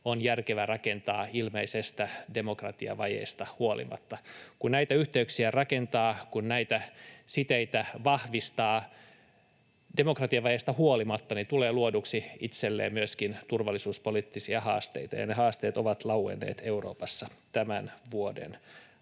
on järkevää rakentaa ilmeisestä demokratiavajeesta huolimatta. Kun näitä yhteyksiä rakentaa ja kun näitä siteitä vahvistaa demokratiavajeesta huolimatta, niin tulee luoneeksi itselleen myöskin turvallisuuspoliittisia haasteita, ja ne haasteet ovat lauenneet Euroopassa tämän vuoden aikana.